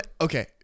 okay